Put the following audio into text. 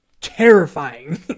terrifying